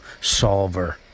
solver